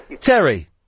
Terry